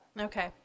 Okay